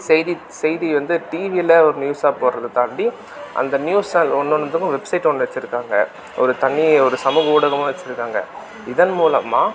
செய்தி செய்தி வந்து டிவியில் ஒரு நியூஸாக போடுறது தாண்டி அந்த நியூஸ்ஸை ஒன்னொன்றுத்துக்கும் வெப்சைட் ஒன்று வெச்சுருக்காங்க ஒரு தனி ஒரு சமூக ஊடகமும் வெச்சுருக்காங்க இதன் மூலமாக